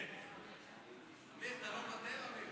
אמיר, אתה לא מוותר?